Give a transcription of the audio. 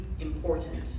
important